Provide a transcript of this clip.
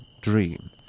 dream